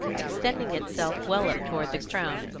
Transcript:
extending itself well up toward the crown,